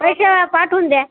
पैसे पाठवून द्या